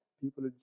people